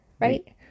right